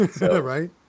right